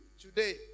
today